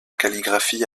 calligraphie